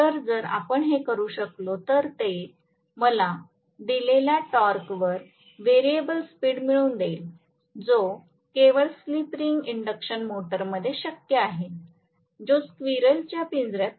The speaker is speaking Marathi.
तर जर आपण हे करू शकलो तर तो मला दिलेल्या टॉर्कवर व्हेरिएबल स्पीड मिळवून देईल जो केवळ स्लिप रिंग इंडक्शन मोटरमध्ये शक्य आहे जो स्क्विरल च्या पिंजऱ्यात नाही